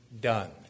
done